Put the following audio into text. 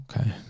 Okay